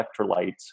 electrolytes